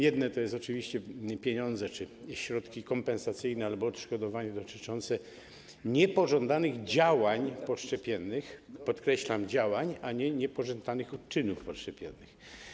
Jedna to są oczywiście pieniądze czy środki kompensacyjne albo odszkodowania dotyczące niepożądanych działań poszczepiennych, podkreślam: działań, a nie niepożądanych odczynów poszczepiennych.